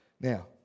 now